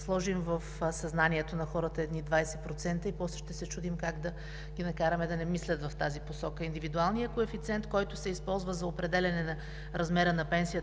сложим в съзнанието на хората едни 20% и после ще се чудим как да ги накараме да не мислят в тази посока. Индивидуалният коефициент, който се използва за определяне на размера на пенсията,